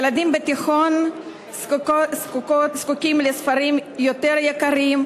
ילדים בתיכון זקוקים לספרים יותר יקרים,